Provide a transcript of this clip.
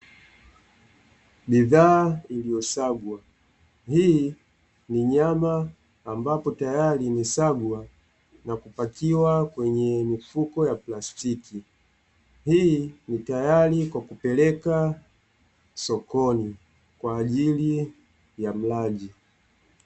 Bidhaa iliyosagwa, hii ni nyama ambapo tayari imesagwa na kupakiwa kwenye mifuko ya plastiki, hii ni tayari kwa kupeleka sokoni kwa ajili ya mlaji.